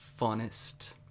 funnest